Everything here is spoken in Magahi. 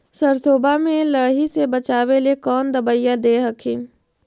सरसोबा मे लाहि से बाचबे ले कौन दबइया दे हखिन?